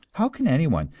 how can anyone,